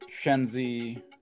Shenzi